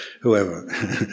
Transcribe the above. whoever